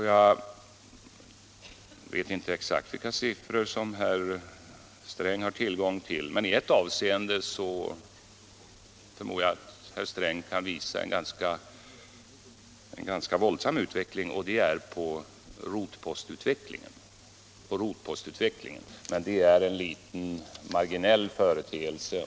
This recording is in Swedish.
Jag vet inte exakt vilka siffror som herr Sträng har tillgång till. I ett avseende förmodar jag att herr Sträng kan visa på en ganska våldsam utveckling, nämligen rotpostutvecklingen. Men det är en liten, marginell företeelse.